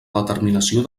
determinació